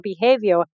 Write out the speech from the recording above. behavior